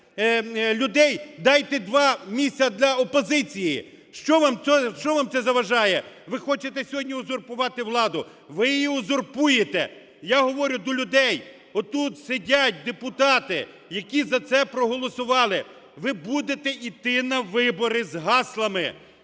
дайте два місця для опозиції. Що вам це заважає? Ви хочете сьогодні узурпувати владу. Ви її узурпуєте. Я говорю до людей. Отут сидять депутати, які за це проголосували. Ви будете іти на вибори з гаслами